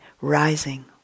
rising